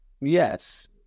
Yes